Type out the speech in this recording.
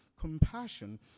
compassion